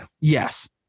Yes